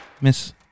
Miss